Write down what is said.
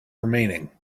remaining